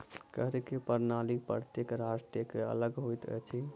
कर के प्रणाली प्रत्येक राष्ट्रक अलग होइत अछि